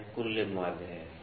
तो यह कुल माध्य है